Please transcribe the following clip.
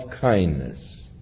kindness